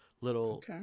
little